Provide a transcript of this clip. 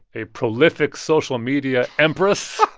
a prolific social media empress.